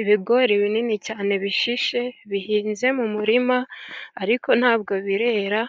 Ibigori binini cyane bishishe ,bihinze mu murima ariko ntabwo birera,